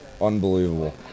unbelievable